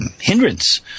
hindrance